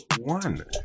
one